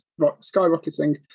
skyrocketing